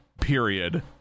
period